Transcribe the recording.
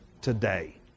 today